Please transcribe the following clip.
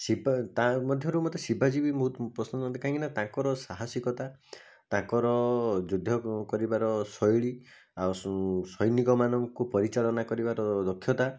ଶିବା ତା' ମଧ୍ୟରୁ ମୋତେ ଶିବାଜୀ ବି ବହୁତ ପସନ୍ଦ ହୁଅନ୍ତି କାହିଁକିନା ତାଙ୍କର ସାହାସିକତା ତାଙ୍କର ଯୁଦ୍ଧ କରିବାର ଶୈଳୀ ଆଉ ସୁ ସୈନିକମାନଙ୍କୁ ପରିଚାଳନା କରିବାର ଦକ୍ଷତା